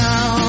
Now